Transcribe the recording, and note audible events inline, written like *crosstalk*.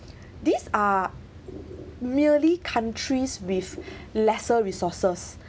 *breath* these are merely countries with *breath* lesser resources